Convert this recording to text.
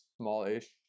small-ish